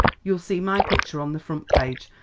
you'll see my picture on the front page,